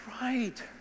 right